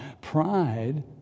Pride